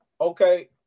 Okay